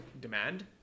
demand